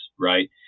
right